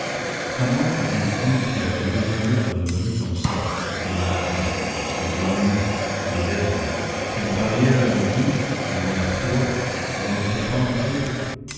comment aviez-vous pu aller demeurer dans une rue comme ça qui est malade qui est grognon qui est laide qui a une barrière à un bout où l'on a froid où l'on ne peut pas entrer